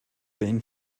been